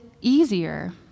easier